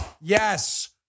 Yes